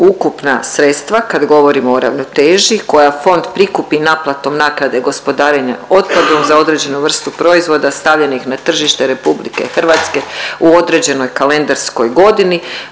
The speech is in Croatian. ukupna sredstva kad govorimo o ravnoteži koja fond prikupi naplatom naknade gospodarenja otpadom za određenu vrstu proizvoda stavljenih na tržište RH u određenoj kalendarskoj godini